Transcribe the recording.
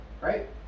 right